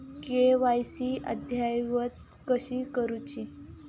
KYC अद्ययावत कशी करुची?